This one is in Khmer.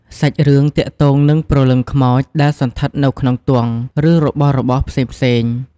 សាច់រឿងទាក់ទងនឹងព្រលឹងខ្មោចដែលសណ្ឋិតនៅក្នុងទង់ ឬរបស់របរផ្សេងៗ។